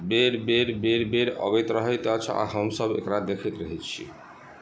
बेर बेर बेर बेर अबैत रहैत अछि आ हमसब एकरा देखैत रहै छी